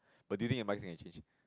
but do you think your mindset can change